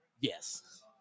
Yes